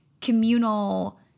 communal